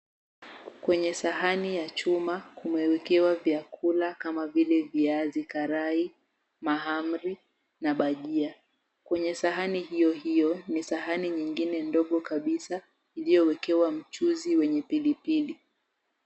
Kwenye sahani ya chuma kumewekewa vyakula kama vile viazi karai, mahamri na bhajia. Kwenye sahani hiyo hiyo ni sahani nyingine ndogo kabisa iliyo wekewa mchuuzi wenye pilipili.